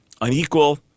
unequal